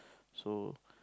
so